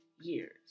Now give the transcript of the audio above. years